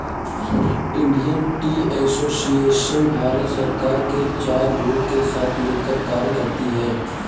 Indian tea association Bharat सरकार के चाय बोर्ड के साथ मिलकर कार्य करती है